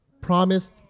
promised